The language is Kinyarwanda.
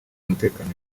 mutekano